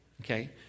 Okay